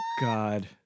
God